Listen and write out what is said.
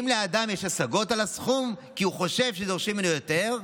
אם לאדם יש השגות על הסכום כי הוא חושב שדורשים ממנו יותר,